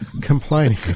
Complaining